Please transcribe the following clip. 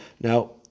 now